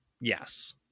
Yes